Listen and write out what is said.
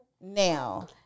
now